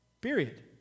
Period